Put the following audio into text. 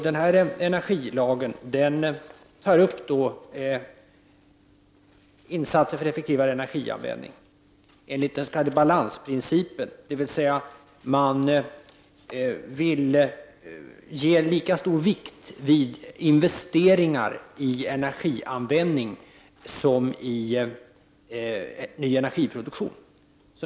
Den lagen innehåller bestämmelser om insatser för effektivare energianvändning enligt den s.k. balansprincipen, dvs. man vill fästa lika stor vikt vid investeringar i energianvändning som i ny energiproduktion.